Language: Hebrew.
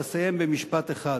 ואסיים במשפט אחד: